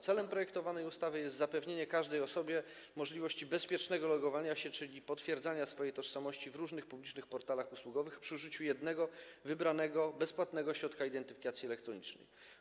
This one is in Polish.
Celem projektowanej ustawy jest zapewnienie każdej osobie możliwości bezpiecznego logowania się, czyli potwierdzania swojej tożsamości, w różnych publicznych portalach usługowych przy użyciu jednego, wybranego, bezpłatnego środka identyfikacji elektronicznej.